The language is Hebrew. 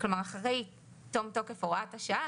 כלומר אחרי תום תוקף הוראת השעה,